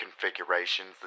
configurations